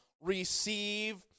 receive